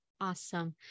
awesome